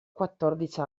quattordici